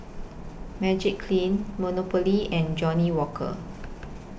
Magiclean Monopoly and Johnnie Walker